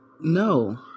No